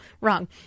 Wrong